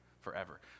forever